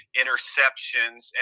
interceptions